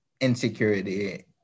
insecurity